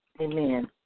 amen